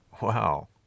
Wow